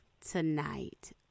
tonight